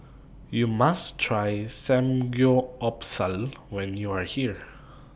YOU must Try Samgyeopsal when YOU Are here